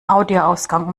audioausgang